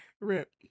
Rip